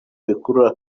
bikurura